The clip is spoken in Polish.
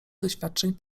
doświadczeń